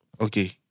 Okay